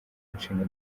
ishinga